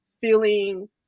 feeling